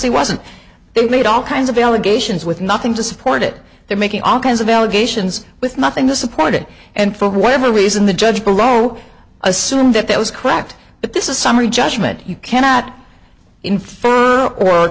wasn't made all kinds of allegations with nothing to support it they're making all kinds of allegations with nothing to support it and for whatever reason the judge below assumed that that was cracked but this is summary judgment you cannot